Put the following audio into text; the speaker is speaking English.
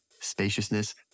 spaciousness